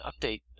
update